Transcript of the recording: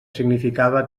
significava